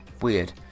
weird